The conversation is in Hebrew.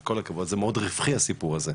זה מאוד רווחי הסיפור הזה.